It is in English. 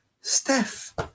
steph